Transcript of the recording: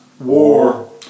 War